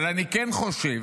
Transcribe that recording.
אבל אני כן חושב